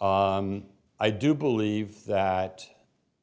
i do believe that